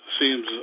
seems